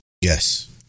Yes